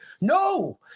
No